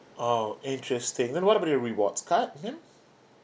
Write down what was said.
oh interesting then what about the rewards card then